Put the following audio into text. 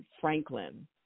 Franklin